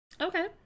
okay